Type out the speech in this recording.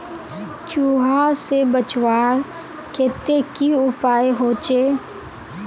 चूहा से बचवार केते की उपाय होचे?